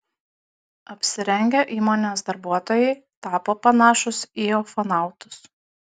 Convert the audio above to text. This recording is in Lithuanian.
apsirengę įmonės darbuotojai tapo panašūs į ufonautus